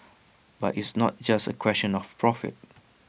but it's not just A question of profit